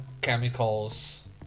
chemicals